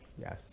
Yes